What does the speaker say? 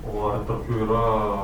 o ar tokių yra